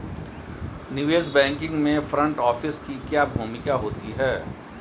निवेश बैंकिंग में front office की क्या भूमिका होती है?